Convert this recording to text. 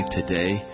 today